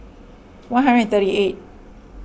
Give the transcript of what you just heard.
one hundred and thirty eight